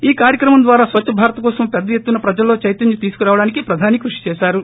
ఈ కార్యక్రమం ద్వారా స్వచ్చ భారత్ కోసం పెద్ద ఎత్తున ప్రజల్లో చైతన్యం తీసుకురావడానికి ప్రధాని కృషి చేశారు